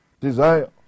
desire